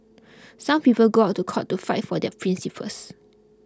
some people go to court to fight for their principles